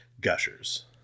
Gushers